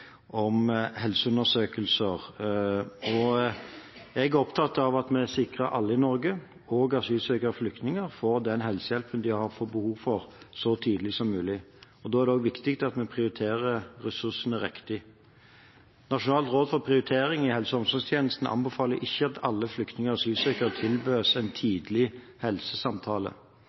og omsorgstjenestens anbefalinger om helseundersøkelser. Jeg er opptatt av at vi sikrer at alle i Norge, også asylsøkere og flyktninger, får den helsehjelpen de har behov for så tidlig som mulig. Da er det også viktig at vi prioriterer ressursene riktig. Nasjonalt råd for prioritering i helse- og omsorgstjenesten anbefaler ikke at alle flyktninger og asylsøkere tilbys en tidlig helsesamtale.